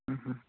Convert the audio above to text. ਹੁੰ ਹੁੰ